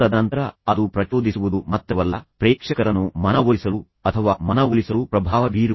ತದನಂತರ ಅದು ಪ್ರಚೋದಿಸುವುದು ಮಾತ್ರವಲ್ಲ ಪ್ರೇಕ್ಷಕರನ್ನು ಮನವೊಲಿಸಲು ಅಥವಾ ಮನವೊಲಿಸಲು ಪ್ರಭಾವ ಬೀರುವುದು